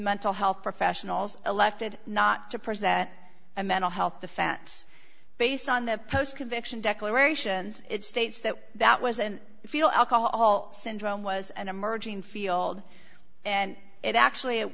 mental health professionals elected not to present a mental health defense based on the post conviction declarations it states that that was and feel i'll call syndrome was an emerging field and it actually